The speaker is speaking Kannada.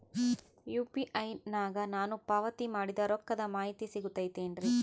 ಯು.ಪಿ.ಐ ನಾಗ ನಾನು ಪಾವತಿ ಮಾಡಿದ ರೊಕ್ಕದ ಮಾಹಿತಿ ಸಿಗುತೈತೇನ್ರಿ?